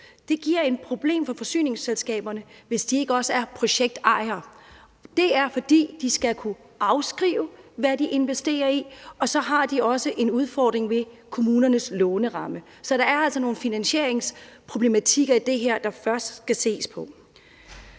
give et problem for forsyningsselskaberne, hvis de ikke også er projektejer, for de skal kunne afskrive, hvad de investerer, ligesom de også har en udfordring ved kommunernes låneramme. Så der er altså nogle finansieringsproblematikker i det her, der først skal ses på.